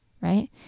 Right